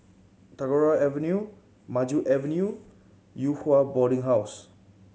Tagore Avenue Maju Avenue Yew Hua Boarding House